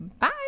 Bye